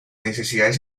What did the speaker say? necesidades